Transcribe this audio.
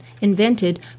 invented